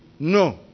No